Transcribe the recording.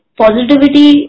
positivity